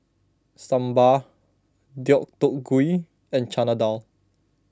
Sambar Deodeok Gui and Chana Dal